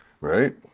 right